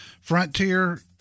Frontier